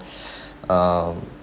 um